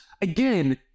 again